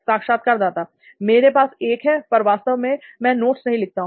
साक्षात्कारदाता मेरे पास एक है पर वास्तव में मैं नोट्स नहीं लिखता हूं